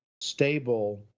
stable